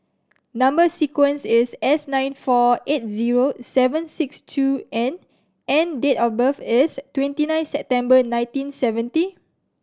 number sequence is S nine four eight zero seven six two N and date of birth is twenty nine September nineteen seventy